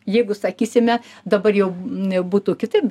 jeigu sakysime dabar jau būtų kitaip